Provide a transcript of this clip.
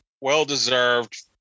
well-deserved